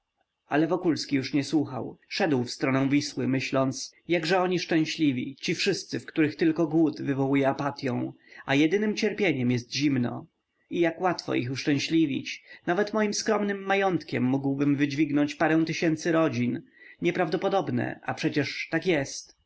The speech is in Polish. ale wokulski już nie słuchał szedł w stronę wisły myśląc jakże oni szczęśliwi ci wszyscy w których tylko głód wywołuje apatyą a jedynem cierpieniem jest zimno i jak łatwo ich uszczęśliwić nawet moim skromnym majątkiem mógłbym wydźwignąć parę tysięcy rodzin nieprawdopodobne a przecież tak jest